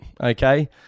okay